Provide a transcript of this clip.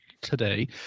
today